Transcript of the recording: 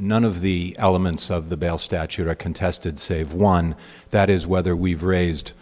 none of the elements of the bail statute are contested save one that is whether we've raised